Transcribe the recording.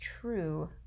true